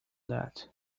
that